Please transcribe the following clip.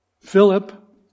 Philip